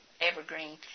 evergreen